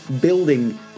building